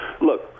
look